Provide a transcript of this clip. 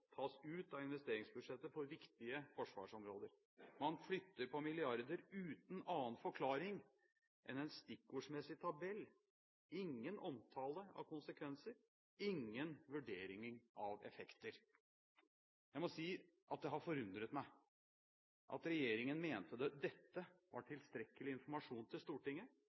tas ut av investeringsbudsjettet for viktige forsvarsområder. Man flytter på milliarder uten annen forklaring enn en stikkordsmessig tabell – det er ingen omtale av konsekvenser, ingen vurderinger av effekter. Jeg må si det har forundret meg at regjeringen mente det var tilstrekkelig informasjon til Stortinget